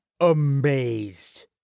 amazed